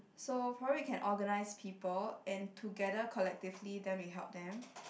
so probably we can organise people and together collectively then we help them